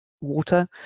water